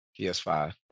PS5